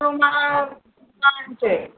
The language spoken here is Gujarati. રૂમમાં મુકાવવાનું છે